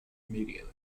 immediately